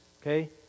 okay